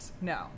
No